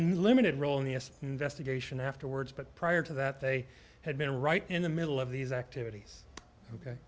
a limited role in the us investigation afterwards but prior to that they had been right in the middle of these activities ok